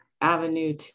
avenue